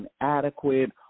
inadequate